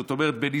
זאת אומרת בניסים,